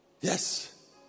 Yes